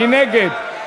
מי נגד?